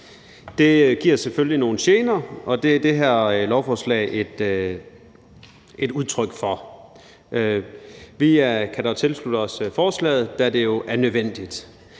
Det giver selvfølgelig nogle gener, og det er det her lovforslag et udtryk for. Vi kan dog tilslutte os forslaget, da det jo er nødvendigt.